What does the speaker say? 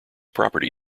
property